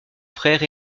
frère